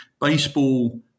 Baseball